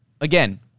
again